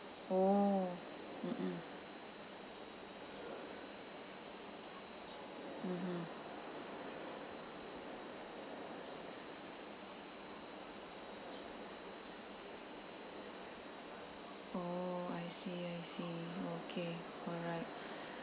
oh mm mm mmhmm oh I see I see okay alright